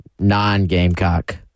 non-Gamecock